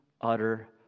utter